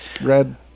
red